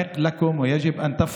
אפשר לחגוג, יש לכם זכות